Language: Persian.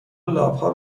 لاپها